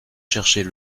chercher